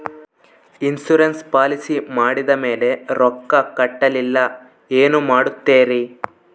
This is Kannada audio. ಇನ್ಸೂರೆನ್ಸ್ ಪಾಲಿಸಿ ಮಾಡಿದ ಮೇಲೆ ರೊಕ್ಕ ಕಟ್ಟಲಿಲ್ಲ ಏನು ಮಾಡುತ್ತೇರಿ?